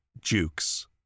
jukes